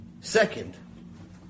Second